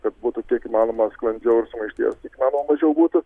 kad būtų kiek įmanoma sklandžiau ir sumaišties kiekvienam mažiau būtų